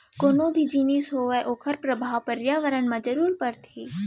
कोनो भी जिनिस होवय ओखर परभाव परयाबरन म जरूर परथे